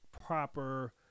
Proper